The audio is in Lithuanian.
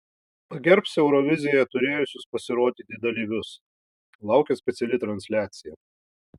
pagerbs eurovizijoje turėjusius pasirodyti dalyvius laukia speciali transliacija